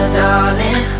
darling